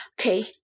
Okay